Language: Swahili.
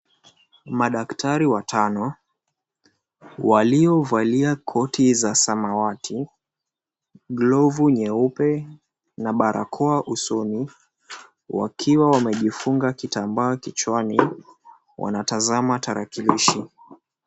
Madaktari wa tano waliovalia koti za samawati, glovu nyeupe na barakoa usoni wakiwa wamejifunga kitambaaa kichwani wanatazama tarakilishi.